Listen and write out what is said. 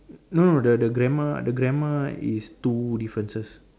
no no the the grandma the grandma is two differences